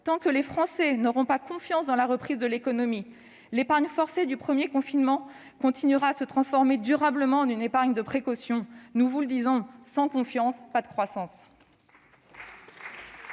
Tant que les Français n'auront pas confiance dans la reprise de l'économie, l'épargne forcée du premier confinement continuera à se transformer durablement en une épargne de précaution. Nous vous le disons : sans confiance, pas de croissance